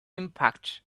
impact